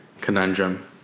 conundrum